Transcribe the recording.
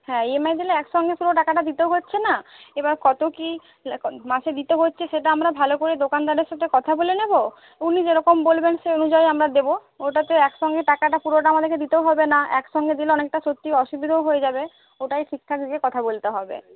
হ্য়াঁ ইএমআই দিলে একসঙ্গে পুরো টাকাটা দিতেও হচ্ছে না এবার কত কি মাসে দিতে হচ্ছে সেটা আমরা ভালো করে দোকানদারের সাথে কথা বলে নেব উনি যেরকম বলবেন সেই অনুযায়ী আমরা দেব ওটাতে একসঙ্গে টাকাটা পুরোটা আমাদেরকে দিতেও হবে না একসঙ্গে দিলে অনেকটা সত্যি অসুবিধেও হয়ে যাবে ওটাই ঠিকঠাক গিয়ে কথা বলতে হবে